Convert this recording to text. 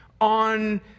on